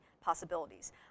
possibilities